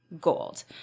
gold